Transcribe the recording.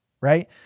right